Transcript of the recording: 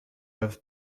have